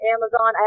Amazon